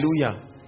Hallelujah